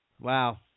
Wow